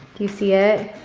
you see it?